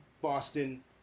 Boston